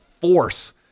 force